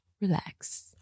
relax